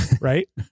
Right